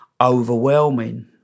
overwhelming